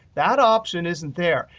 that option isn't there.